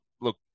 look